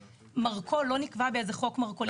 מרכול לא נקבע באיזה חוק מרכולים.